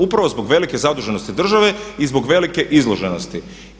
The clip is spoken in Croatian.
Upravo zbog velike zaduženosti države i zbog velike izloženosti.